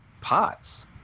pots